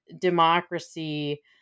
democracy